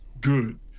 good